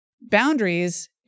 Boundaries